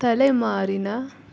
ತಲೆಮಾರಿನ